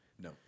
No